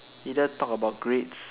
either talk about grades